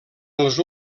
els